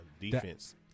Defense